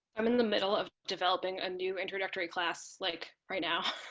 i'm in the middle of developing a new introductory class like right now.